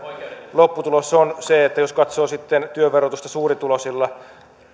lopputulos on se että jos katsoo sitten työn verotusta suurituloisilla